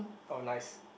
oh nice